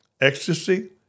ecstasy